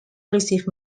received